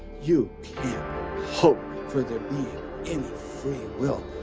you hope for there being any free will.